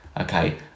Okay